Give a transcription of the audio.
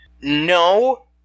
No